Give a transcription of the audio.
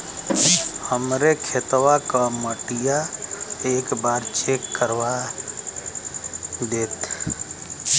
हमरे खेतवा क मटीया एक बार चेक करवा देत?